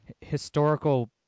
historical